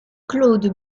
claude